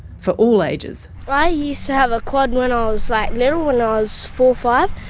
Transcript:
for all ages. i used to have a quad when i was, like, little, when i was four or five.